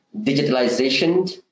digitalization